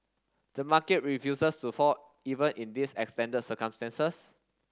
the market refuses to fall even in these extended circumstances